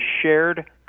shared